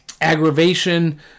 aggravation